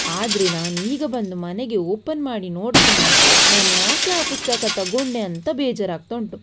ಆದರೆ ನಾನೀಗ ಬಂದು ಮನೆಗೆ ಓಪನ್ ಮಾಡಿ ನೋಡ್ತೇನೆ ನಾನ್ಯಾಕೆ ಆ ಪುಸ್ತಕ ತಗೊಂಡೆ ಅಂತ ಬೇಜಾರಾಗ್ತಾ ಉಂಟು